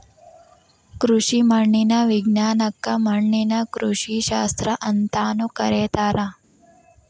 ಕೃಷಿ ಮಣ್ಣಿನ ವಿಜ್ಞಾನಕ್ಕ ಮಣ್ಣಿನ ಕೃಷಿಶಾಸ್ತ್ರ ಅಂತಾನೂ ಕರೇತಾರ